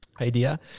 Idea